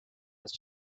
has